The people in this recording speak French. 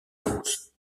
france